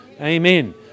amen